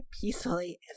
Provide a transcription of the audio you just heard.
peacefully